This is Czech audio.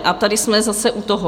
A tady jsme zase u toho.